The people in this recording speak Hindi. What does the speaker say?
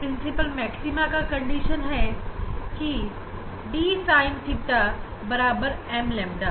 प्रिंसिपल मैक्सिमा का कंडीशन है डी साइन थीटा बराबर एंड लेमदा